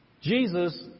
Jesus